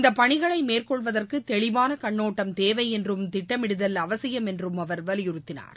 இந்த பணிகளை மேற்கொள்வதற்கு தெளிவான கண்ணோட்டம் தேவை என்றும் திட்டமிடுதல் அவசியம் என்றும் அவர் வலியுறுத்தினார்